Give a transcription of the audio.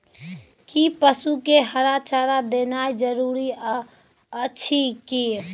कि पसु के हरा चारा देनाय जरूरी अछि की?